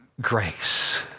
grace